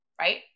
right